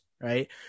right